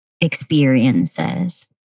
experiences